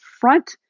front